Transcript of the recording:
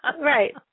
Right